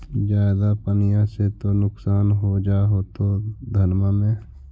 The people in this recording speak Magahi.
ज्यादा पनिया से तो नुक्सान हो जा होतो धनमा में?